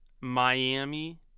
Miami